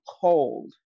Cold